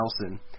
Nelson